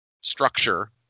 structure